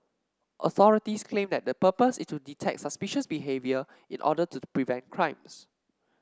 authorities claim that the purpose is to detect suspicious behaviour in order to prevent crimes